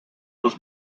was